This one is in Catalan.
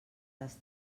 les